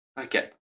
okay